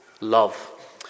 love